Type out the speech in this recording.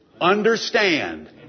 understand